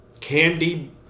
candy